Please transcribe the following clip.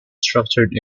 structured